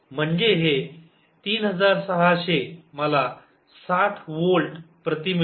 म्हणजे हे 3600 मला 60 व्होल्ट प्रति मीटर देतात